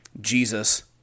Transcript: Jesus